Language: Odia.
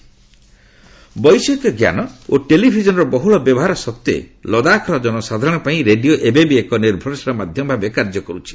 ଲଦାଖ ରେଡ଼ିଓ ବୈଷୟିକ ଜ୍ଞାନ ଓ ଟେଲିଭିଜନ୍ର ବହୁଳ ବ୍ୟବହାର ସତ୍ତ୍ୱେ ଲଦାଖ୍ର ଜନସାଧାରଣଙ୍କ ପାଇଁ ରେଡିଓ ଏବେବି ଏକ ନିର୍ଭରଶୀଳ ମାଧ୍ୟମ ଭାବେ କାର୍ଯ୍ୟ କରୁଛି